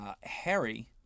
Harry